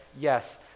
yes